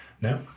No